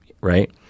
right